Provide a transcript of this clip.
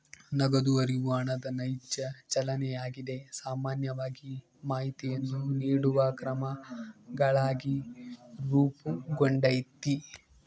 ನಗದು ಹರಿವು ಹಣದ ನೈಜ ಚಲನೆಯಾಗಿದೆ ಸಾಮಾನ್ಯವಾಗಿ ಮಾಹಿತಿಯನ್ನು ನೀಡುವ ಕ್ರಮಗಳಾಗಿ ರೂಪುಗೊಂಡೈತಿ